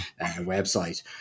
website